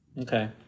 Okay